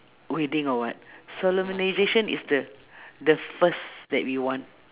wedding or what solemnisation is the the first that we want